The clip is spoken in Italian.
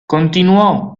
continuò